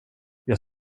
jag